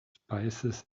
spices